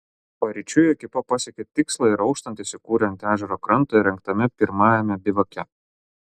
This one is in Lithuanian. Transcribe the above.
paryčiui ekipa pasiekė tikslą ir auštant įsikūrė ant ežero kranto įrengtame pirmajame bivake